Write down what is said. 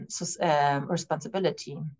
Responsibility